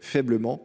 faiblement.